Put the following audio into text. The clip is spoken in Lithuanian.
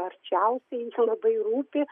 arčiausiai labai rūpi